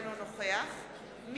אינו נוכח אברהים צרצור,